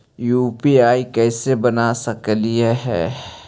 UPI कैसे बना सकली हे?